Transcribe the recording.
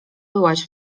byłaś